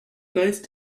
nice